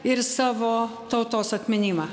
ir savo tautos atminimą